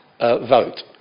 vote